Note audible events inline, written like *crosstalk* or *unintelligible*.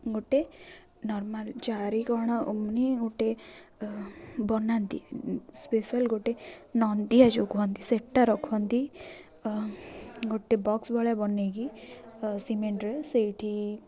ଗୋଟେ ନର୍ମାଲ୍ ଚାରି କୋଣ *unintelligible* ଗୋଟେ ବନାନ୍ତି ସ୍ପେଶିଆଲ୍ ଗୋଟେ ନନ୍ଦିଆ ଯେଉଁ କୁହନ୍ତି ସେଟା ରଖନ୍ତି ଗୋଟେ ବକ୍ସ ଭଳିଆ ବନାଇକି ସିମେଣ୍ଟରେ ସେଇଠି